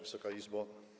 Wysoka Izbo!